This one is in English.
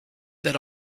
that